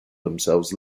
themselves